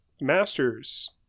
master's